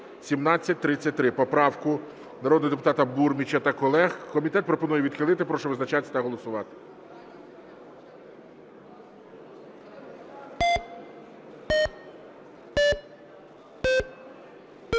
поправку 1913 народного депутата Бурміча і колег. Комітет пропонує відхилити. Прошу визначатись та голосувати.